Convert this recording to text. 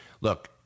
Look